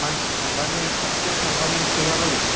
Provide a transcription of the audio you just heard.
मानसि थांबानो खाथियाव थांबानो सोंला बायो